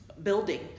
building